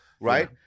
Right